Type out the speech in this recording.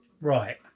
Right